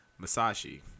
masashi